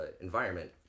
environment